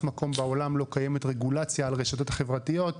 מקום בעולם לא קיימת רגולציה על רשתות החברתיות,